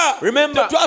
Remember